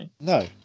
No